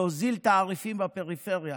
להוזיל תעריפים בפריפריה